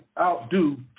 outdo